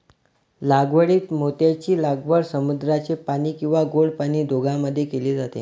लागवडीत मोत्यांची लागवड समुद्राचे पाणी किंवा गोड पाणी दोघांमध्ये केली जाते